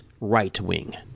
right-wing